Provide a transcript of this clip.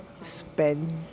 spend